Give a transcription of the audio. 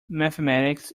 mathematics